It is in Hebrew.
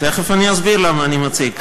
תכף אני אסביר למה אני מציג.